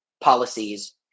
policies